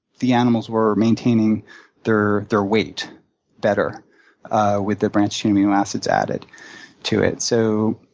the animals were maintaining their their weight better with the branched-chain amino acids added to it. so,